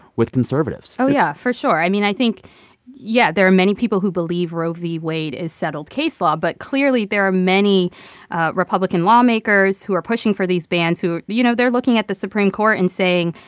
with conservatives oh, yeah, for sure. i mean, i think yeah. there are many people who believe roe v. wade is settled case law. but clearly there are many republican lawmakers who are pushing for these bans who, you know, they're looking at the supreme court and saying,